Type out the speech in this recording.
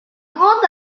grandes